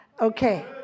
okay